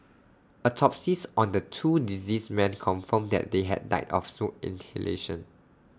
autopsies on the two deceased men confirmed that they had died of smoke inhalation